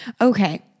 Okay